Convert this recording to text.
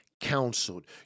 counseled